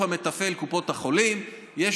קופות החולים הן הגוף המתפעל,